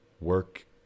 Work